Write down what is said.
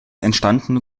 entstanden